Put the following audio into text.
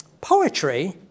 poetry